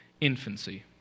infancy